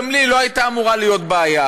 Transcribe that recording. גם לי לא הייתה אמורה להיות בעיה,